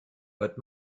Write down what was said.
but